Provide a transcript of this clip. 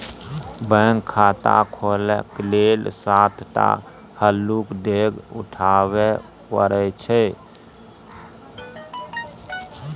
bank खाता खोलय लेल सात टा हल्लुक डेग उठाबे परय छै